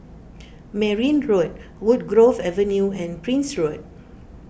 Merryn Road Woodgrove Avenue and Prince Road